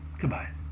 Goodbye